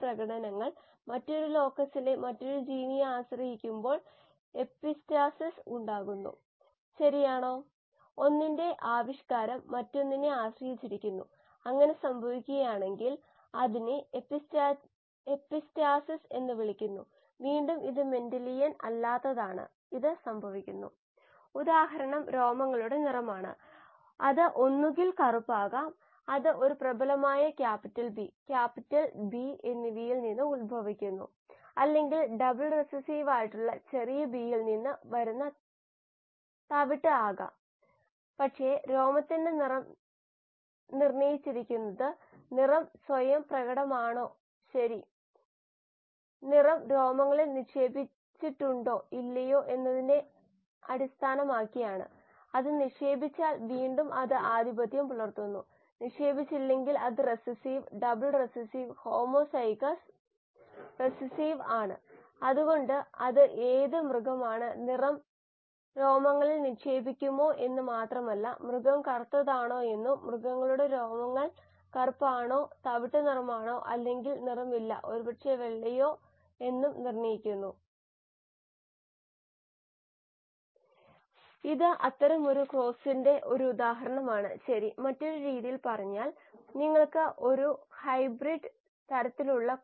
5 ആണെങ്കിൽ ഉൽപാദിപ്പിക്കുന്ന ബയോമാസ് 12𝑦𝑥0